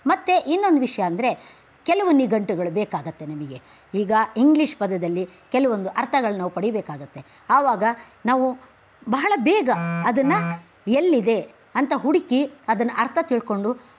ಮತ್ತು ಇನ್ನೊಂದು ವಿಷಯ ಅಂದರೆ ಕೆಲವು ನಿಘಂಟುಗಳು ಬೇಕಾಗುತ್ತೆ ನಿಮಗೆ ಈಗ ಇಂಗ್ಲಿಷ್ ಪದದಲ್ಲಿ ಕೆಲವೊಂದು ಅರ್ಥಗಳನ್ನು ನಾವು ಪಡೀಬೇಕಾಗುತ್ತೆ ಆವಾಗ ನಾವು ಬಹಳ ಬೇಗ ಅದನ್ನು ಎಲ್ಲಿದೆ ಅಂತ ಹುಡುಕಿ ಅದನ್ನು ಅರ್ಥ ತಿಳ್ಕೊಂಡು